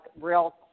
real